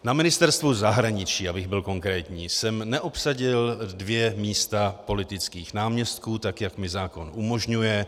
Na Ministerstvu zahraničí, abych byl konkrétní, jsem neobsadil dvě místa politických náměstků, tak jak mi zákon umožňuje.